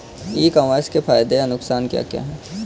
ई commerce के फायदे या नुकसान क्या क्या हैं?